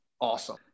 Awesome